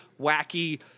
wacky